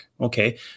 okay